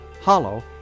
Hollow